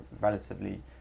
relatively